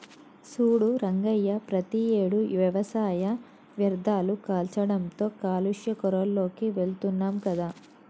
సూడు రంగయ్య ప్రతియేడు వ్యవసాయ వ్యర్ధాలు కాల్చడంతో కాలుష్య కోరాల్లోకి వెళుతున్నాం కదా